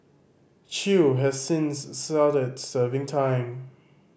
chew has since started serving time